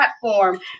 platform